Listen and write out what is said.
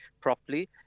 properly